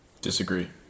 Disagree